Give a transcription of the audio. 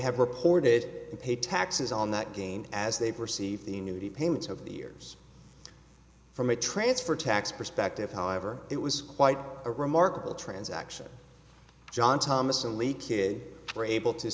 have reported pay taxes on that gain as they perceive the annuity payments over the years from a transfer tax perspective however it was quite a remarkable transaction john thomas and lee kid were able to